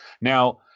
now